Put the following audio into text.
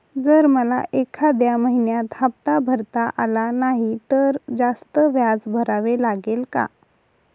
जर मला एखाद्या महिन्यात हफ्ता भरता आला नाही तर जास्त व्याज भरावे लागेल का?